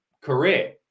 career